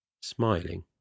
Smiling